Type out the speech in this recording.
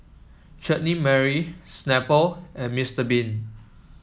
Chutney Mary Snapple and Mr Bean